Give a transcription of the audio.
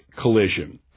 collision